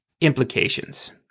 implications